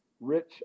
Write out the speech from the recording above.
Rich